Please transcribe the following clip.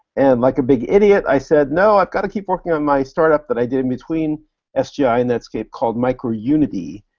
and like a big idiot i said, no, i've got to keep working on my startup, that i did in between ah sgi and netscape called microunity,